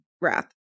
Wrath